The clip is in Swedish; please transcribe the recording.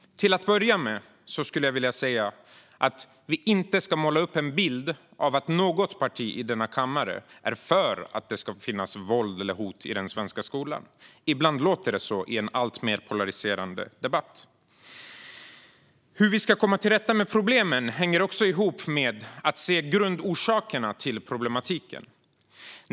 Låt mig först säga att vi inte ska måla upp en bild av att något parti i denna kammare är för att det ska finnas våld och hot i den svenska skolan. Ibland låter det nämligen så i en alltmer polariserad debatt. Hur vi ska komma till rätta med problemen hänger också ihop med att se grundorsakerna till problematiken.